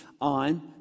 on